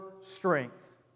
strength